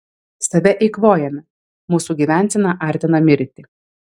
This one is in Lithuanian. save eikvojame mūsų gyvensena artina mirtį